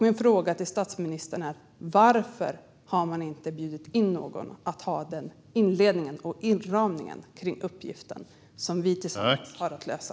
Min fråga till statsministern är: Varför har man inte bjudit in någon som kan göra den inledningen och ge en inramning kring uppgiften, som vi tillsammans har att lösa?